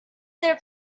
their